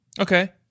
Okay